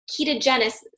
ketogenesis